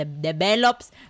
Develops